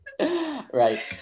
Right